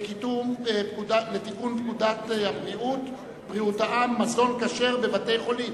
לתיקון פקודת מניעת טרור (חילוט רכוש אדם שביצע מעשה טרור),